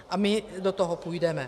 A my do toho půjdeme.